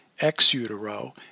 ex-utero